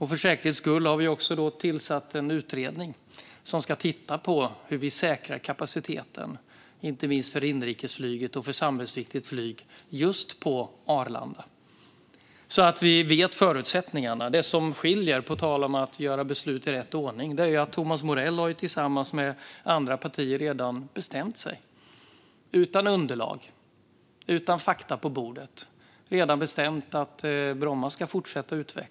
För säkerhets skull har vi också tillsatt en utredning som ska titta på hur kapaciteten säkras för inte minst inrikesflyget och samhällsviktigt flyg på just Arlanda så att vi vet förutsättningarna. Det som skiljer, på tal om att ta beslut i rätt ordning, är att Sverigedemokraterna tillsammans med andra partier redan har bestämt, utan underlag och utan fakta på bordet, att Bromma ska fortsätta att utvecklas.